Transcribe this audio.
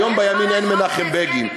היום בימין אין מנחם בגין.